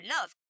love